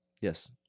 Yes